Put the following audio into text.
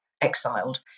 exiled